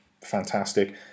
fantastic